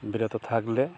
বিরত থাকলে